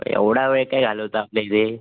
एवढा वेळ काय घालवतात आपल्या इथे